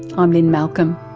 um lynne malcolm.